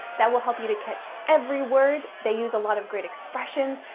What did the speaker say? that will help you to catch every word. they use a lot of great expressions.